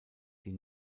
die